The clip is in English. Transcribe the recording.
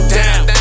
down